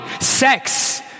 sex